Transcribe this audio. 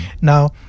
Now